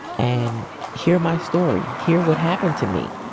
and hear my story hear what happened to me